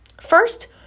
First